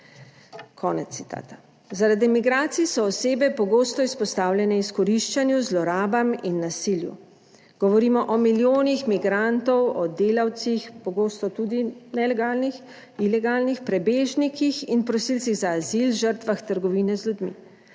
konec citata. Zaradi migracij so osebe pogosto izpostavljene izkoriščanju, zlorabam in nasilju., Govorimo o milijonih migrantov, o delavcih, pogosto tudi nelegalnih, ilegalnih prebežnikih in prosilcih za azil, žrtvah trgovine z ljudmi.